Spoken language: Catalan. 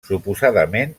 suposadament